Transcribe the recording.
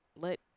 let